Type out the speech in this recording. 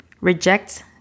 reject